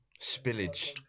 spillage